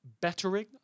Bettering